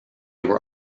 were